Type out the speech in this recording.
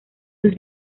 sus